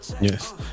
Yes